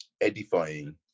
edifying